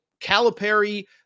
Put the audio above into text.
Calipari